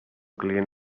client